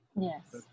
Yes